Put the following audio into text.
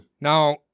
Now